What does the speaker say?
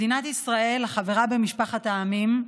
מדינת ישראל, החברה במשפחת העמים,